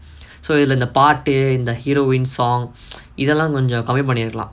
so இதுல இந்த பாட்டு இந்த:ithula intha paattu intha heroine song இதலா கொஞ்சோ கம்மி பண்ணிருகலா:ithala konjo kammi pannirukalaa